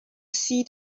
see